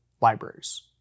libraries